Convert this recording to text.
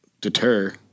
deter